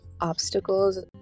obstacles